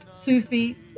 Sufi